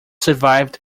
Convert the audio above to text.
survived